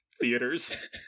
theaters